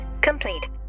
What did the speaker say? complete